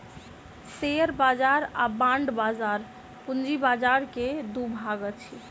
share बाजार आ bond बाजार पूंजी बाजार के दू भाग अछि